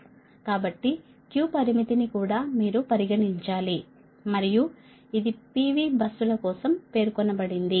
కాబట్టి Q పరిమితిని కూడా మీరు పరిగణించాలి మరియు ఇది P V బస్సుల కోసం పేర్కొనబడాలి